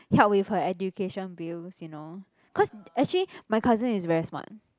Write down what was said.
help with her education bills you know cause actually my cousin is very smart